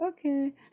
okay